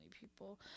people